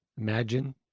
Imagine